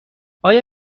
آیا